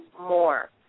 more